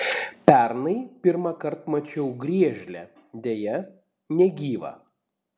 pernai pirmąkart mačiau griežlę deja negyvą